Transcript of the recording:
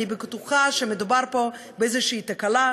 אני בטוחה שמדובר פה באיזו תקלה.